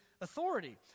authority